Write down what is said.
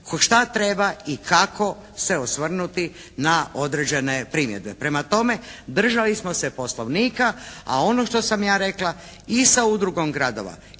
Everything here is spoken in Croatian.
šta treba i kako se osvrnuti na određene primjedbe. Prema tome, držali smo se poslovnika, a ono što sam ja rekla i sa udrugom gradova